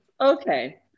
Okay